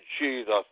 Jesus